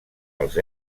els